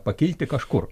pakilti kažkur